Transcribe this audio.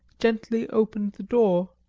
gently opened the door.